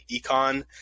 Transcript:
econ